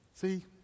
See